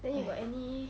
!hais!